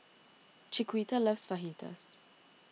Chiquita loves Fajitas